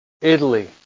Italy